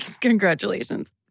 Congratulations